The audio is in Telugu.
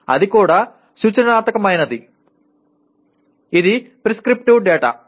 అది కూడా సూచనాత్మకమైనది ఇది ప్రిస్క్రిప్టివ్ డేటా